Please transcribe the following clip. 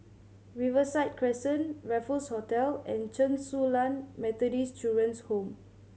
Riverside Crescent Raffles Hotel and Chen Su Lan Methodist Children's Home